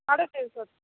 ସାଢ଼େ ତିନିଶହ